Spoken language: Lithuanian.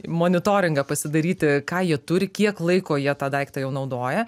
monitoringą pasidaryti ką jie turi kiek laiko jie tą daiktą jau naudoja